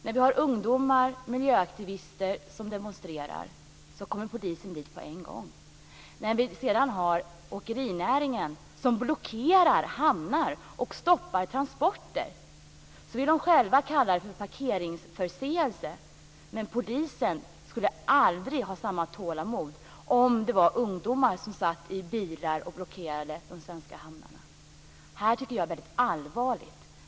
När ungdomar och miljöaktivister demonstrerar kommer polisen dit på en gång. När sedan åkerinäringen blockerar hamnar och stoppar transporter vill de själva kalla det för parkeringsförseelse. Men polisen skulle aldrig ha samma tålamod om det var ungdomar som satt i bilar och blockerade de svenska hamnarna. Det här tycker jag är allvarligt.